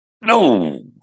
No